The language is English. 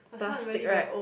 plastic right